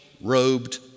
robed